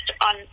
on